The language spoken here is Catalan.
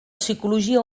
psicologia